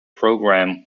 program